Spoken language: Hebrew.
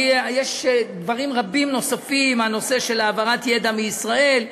יש דברים רבים נוספים: נושא העברת ידע מישראל,